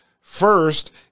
first